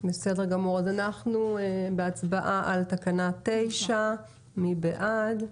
בסדר גמור, אז אנחנו בהצעה על תקנה 9. מי בעד?